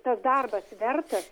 tas darbas vertas